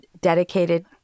dedicated